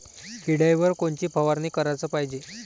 किड्याइवर कोनची फवारनी कराच पायजे?